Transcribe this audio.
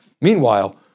Meanwhile